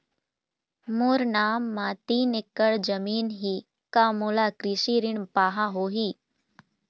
मोर नाम म तीन एकड़ जमीन ही का मोला कृषि ऋण पाहां होही?